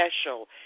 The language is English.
special